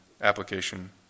application